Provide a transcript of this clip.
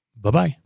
Bye-bye